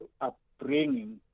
upbringing